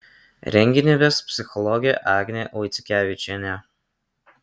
renginį ves psichologė agnė vaiciukevičienė